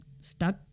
stuck